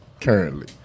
currently